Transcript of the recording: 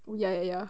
oh ya ya ya